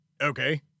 Okay